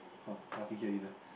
!huh! nothing here either